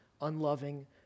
unloving